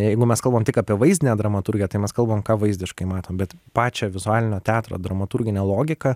jeigu mes kalbam tik apie vaizdinę dramaturgiją tai mes kalbam ką vaizdiškai matom bet pačią vizualinio teatro dramaturginę logiką